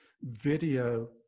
Video